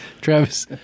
Travis